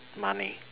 money